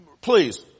please